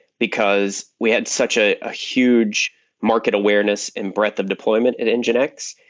because we had such a ah huge market awareness and breadth of deployment at and you know nginx.